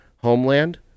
Homeland